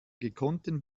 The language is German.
gekonnten